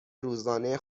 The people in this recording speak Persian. روزانه